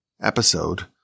episode